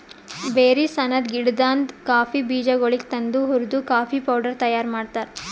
berries ಅನದ್ ಗಿಡದಾಂದ್ coffee ಬೀಜಗೊಳಿಗ್ ತಂದು ಹುರ್ದು ಕಾಫಿ ಪೌಡರ್ ತೈಯಾರ್ ಮಾಡ್ತಾರ್